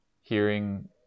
hearing